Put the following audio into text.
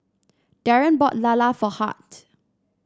Daren bought lala for Hart